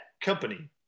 company